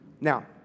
Now